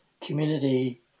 community